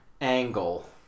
Angle